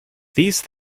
these